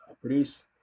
produce